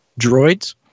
droids